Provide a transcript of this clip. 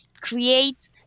create